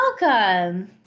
Welcome